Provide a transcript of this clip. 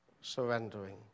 Surrendering